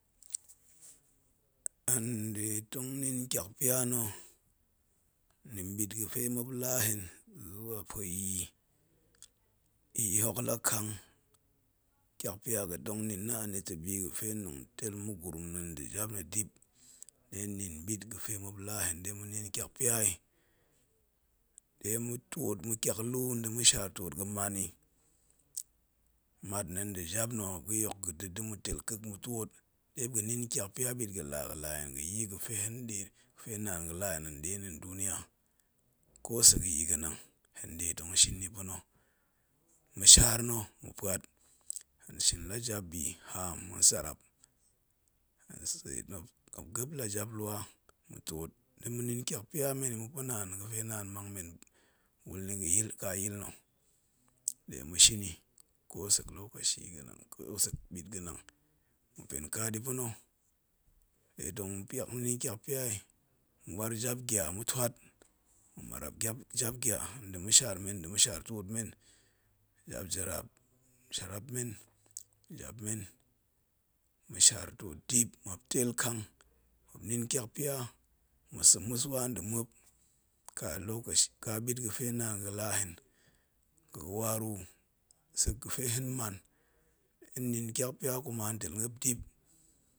Hen nɗe tong nin tyakpya na̱ nɗa̱a̱n ɓit ga̱fe muop la hen zuwa pue yii, yii hok la kang, tyakpya ga̱tong nin na̱ anita̱ bi ga̱fe hen nong teel ma̱gurum na̱ nda̱ jap na̱ dip, ɗe hen nin ɓit ga̱fe muop la hen, ɗe ma̱nin tyakpya yi, ɗe ma̱twoot ntyak lu nda̱ ma̱shaar ga̱man yi, mat na̱ nda̱ jap na̱ muop ga̱yok da̱ da̱ ma̱teel kek ma̱twoot, ɗe muop ga̱ nin tyakpya bit ga̱la hen nda̱ yii ga̱fe hen nɗe ga̱fe naan ga̱la hen nɗe nɗa̱a̱n duniya, ko sek yii ga̱nang, hen nɗe tong shin yi pa̱na̱, ma̱ shaar na̱ mapuat hen suin la jabbi haam ma̱ sarrap hen tseet, muop, muop gep ha jap lura, ma̱twoot do ma̱ nin tyakpya men yi ma̱pa̱ naan ga̱fe naan mang men wul nni ga̱yil kayil nna̱ ɗe mashin yi ko sek lokaci ga̱nang ko sek ɓit ga̱mong ma̱pen ka ɗi pa̱na̱ de tong ma̱puat ma̱nin tyakpya yi, ma̱twaar jap gya ma̱twate, ma̱ marap jap gya nda̱ ma̱shaar men nda̱ mashaar twoot men jap jaraap, sharap men, jap me ma̱ shaar twoot dip muop teel kang muop nin tyakpya, ma̱sa̱ ma̱ swa nda̱ muop ka lokaci ka ɓit ga̱fe naan gala hen ga̱wa ru ta̱ ga̱fe hen man, nin tyak pya kuma hen teel muop dip haw tyak na̱ tong nda̱ gwen, ma̱shaar na̱ nda̱ ma̱shaar twoot na̱, ma̱shaar na̱ nda̱ ma̱shaar twoot na̱, ma̱sha, ma̱na̱a̱n na̱ nda̱ ma̱n